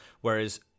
Whereas